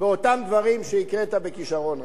באותם דברים שהקראת בכשרון רב.